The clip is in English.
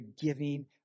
giving